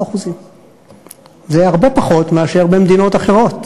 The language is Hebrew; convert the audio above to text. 17%. זה הרבה פחות מאשר במדינות אחרות.